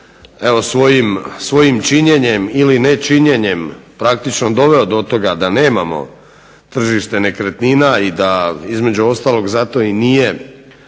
evo svojim činjenjem ili ne činjenjem praktično doveo do toga da nemamo tržište nekretnina i da između ostalog zato i nije